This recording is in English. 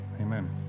amen